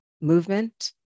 movement